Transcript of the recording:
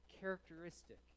characteristic